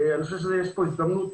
אני חושב שיש פה הזדמנות,